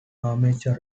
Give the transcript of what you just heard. amateur